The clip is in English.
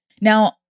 Now